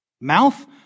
mouth